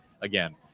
again